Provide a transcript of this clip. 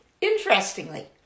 interestingly